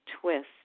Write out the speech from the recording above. twist